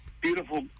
beautiful